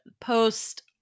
post